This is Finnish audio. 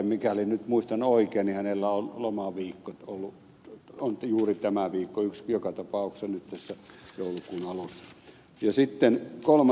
mikäli nyt muistan oikein hänellä on lomaviikko juuri tämä viikko yksi joka tapauksessa nyt tässä joulukuun alussa